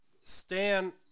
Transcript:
Stan